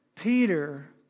Peter